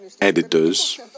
editors